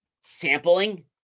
sampling